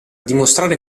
dimostrare